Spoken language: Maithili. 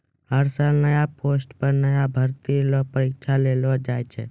हर साल नया पोस्ट पर नया भर्ती ल परीक्षा लेलो जाय छै